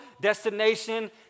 destination